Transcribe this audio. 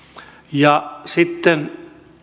ja sitten